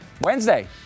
Wednesday